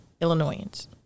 Illinoisans